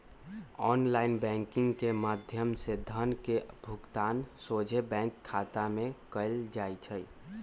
online banking के माध्यम से धन के भुगतान सोझे बैंक खता में कएल जाइ छइ